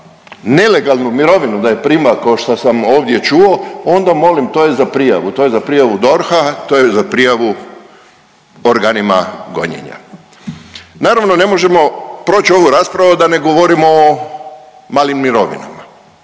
nelegalnu mirovinu da je prima ko što sam ovdje čuo onda molim to je za prijavu. To je za prijavu DORH-a, to je za prijavu organima gonjenja. Naravno ne možemo proći ovu raspravu, a da ne govorimo o malim mirovinama.